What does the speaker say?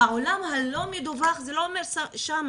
העולם הלא-מדווח זה לא אומר שיש שם